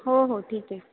हो हो ठीक आहे